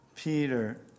Peter